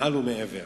מעל ומעבר.